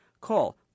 Call